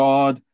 God